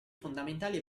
fondamentali